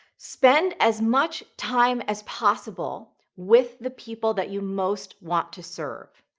spend as much time as possible with the people that you most want to serve.